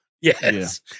Yes